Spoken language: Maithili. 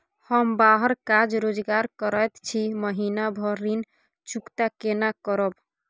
हम बाहर काज रोजगार करैत छी, महीना भर ऋण चुकता केना करब?